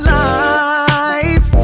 life